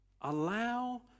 Allow